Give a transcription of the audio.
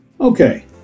Okay